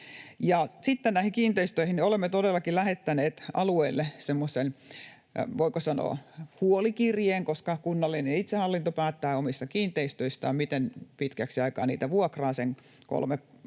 Sitten näihin kiinteistöihin: Olemme todellakin lähettäneet alueille semmoisen, voiko sanoa, huolikirjeen, koska kunnallinen itsehallinto päättää omista kiinteistöistään, miten pitkäksi aikaa niitä vuokraa sen 3+1:n jälkeen